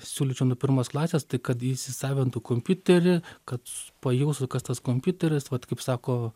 siūlyčiau nuo pirmos klasės tai kad įsisavintų kompiuterį kad pajaustų kas tas kompiuteris vat kaip sako